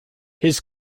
his